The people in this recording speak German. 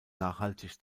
nachhaltig